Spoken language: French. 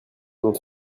dans